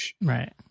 Right